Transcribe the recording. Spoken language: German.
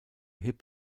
hip